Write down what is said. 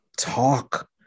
talk